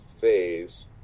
phase